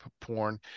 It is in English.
porn